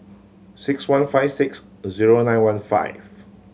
six one five six zero nine one five